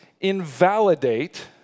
invalidate